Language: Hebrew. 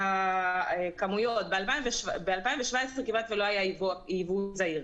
ב-2017 כמעט ולא היה ייבוא זעיר.